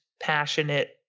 passionate